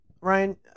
Ryan